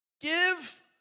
Give